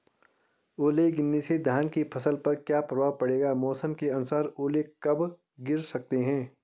ओले गिरना से धान की फसल पर क्या प्रभाव पड़ेगा मौसम के अनुसार ओले कब गिर सकते हैं?